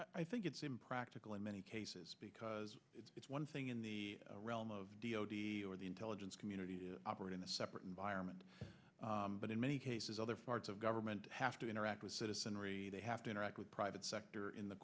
sorry i think it's impractical in many cases because it's one thing in the realm of d o d or the intelligence community to operate in a separate environment but in many cases other parts of government have to interact with citizenry they have to interact with private sector in the